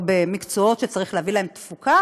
או במקצועות שצריך להביא בהם תפוקה,